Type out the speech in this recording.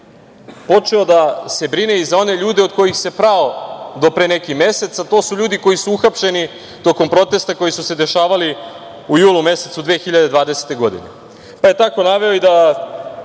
je počeo da se brine i za one ljude od kojih se prao do pre neki mesec, a to su ljudi koji su uhapšeni tokom protesta koji su se dešavali u julu mesecu 2020. godine. Tako je naveo i da